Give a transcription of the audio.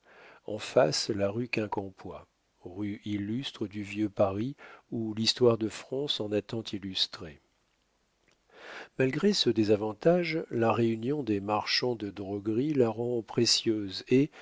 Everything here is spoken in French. en face la rue quincampoix rue illustre du vieux paris où l'histoire de france en a tant illustré malgré ce désavantage la réunion des marchands de drogueries la rend précieuse et